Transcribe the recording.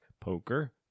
poker